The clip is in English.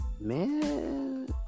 man